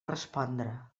respondre